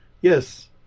yes